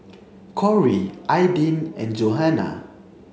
Corry Aydin and Johanna